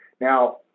Now